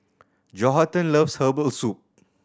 Johathan loves herbal soup